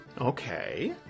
okay